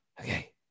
okay